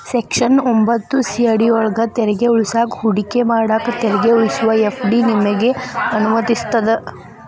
section ಎಂಭತ್ತು C ಅಡಿಯೊಳ್ಗ ತೆರಿಗೆ ಉಳಿಸಾಕ ಹೂಡಿಕೆ ಮಾಡಾಕ ತೆರಿಗೆ ಉಳಿಸುವ ಎಫ್.ಡಿ ನಿಮಗೆ ಅನುಮತಿಸ್ತದ